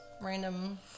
random